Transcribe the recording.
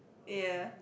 ya